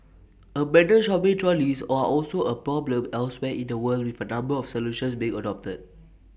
abandoned shopping trolleys O are also A problem elsewhere in the world with A number of solutions being adopted